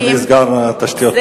אדוני סגן התשתיות.